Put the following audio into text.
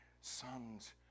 sons